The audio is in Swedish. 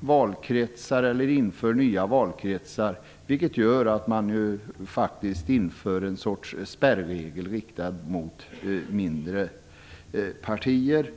valkretsar eller inför nya valkretsar. Det gör att man nu faktiskt inför ett slags spärregel riktad mot mindre partier.